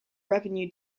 revenue